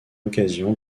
occasion